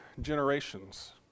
generations